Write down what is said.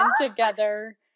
together